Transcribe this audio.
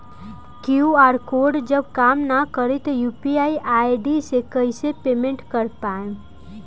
QR code जब काम ना करी त यू.पी.आई आई.डी से कइसे पेमेंट कर पाएम?